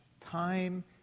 time